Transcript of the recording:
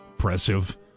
Impressive